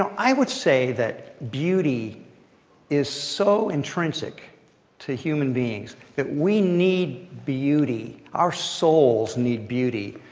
i would say that beauty is so intrinsic to human beings, that we need beauty, our souls need beauty,